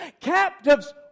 Captives